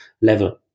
level